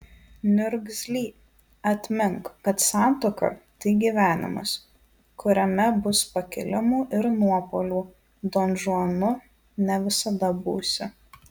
niurgzly atmink kad santuoka tai gyvenimas kuriame bus pakilimų ir nuopuolių donžuanu ne visada būsi